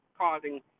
causing